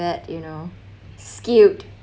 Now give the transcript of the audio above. that you know skewed